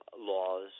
laws